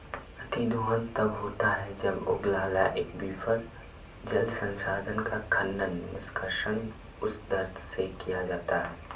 अतिदोहन तब होता है जब ओगलाला एक्वीफर, जल संसाधन का खनन, निष्कर्षण उस दर से किया जाता है